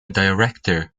director